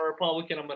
Republican